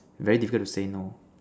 very difficult to say no